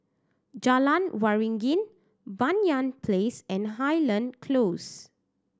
Jalan Waringin Banyan Place and Highland Close